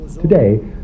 Today